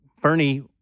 Bernie